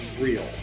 real